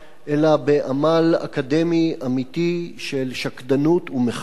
אלא בעמל אקדמי אמיתי של שקדנות ומחקר,